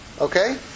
Okay